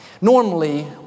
Normally